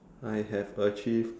I have achieved